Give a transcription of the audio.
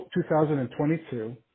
2022